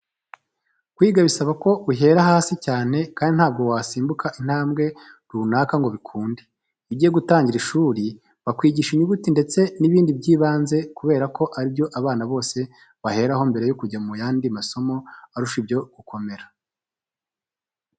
Kwiga bisaba ko uhera hasi cyane kandi ntabwo wasimbuka intambwe runaka ngo bikunde. Iyo ugiye gutangira ishuri bakwigisha inyuguti ndetse n'ibindi by'ibanze kubera ko ari byo abana bose baheraho mbere yo kujya mu yandi masomo arusha ibyo gukomera.